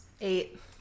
Eight